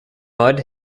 mud